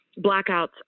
blackouts